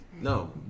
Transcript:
No